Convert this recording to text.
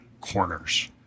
corners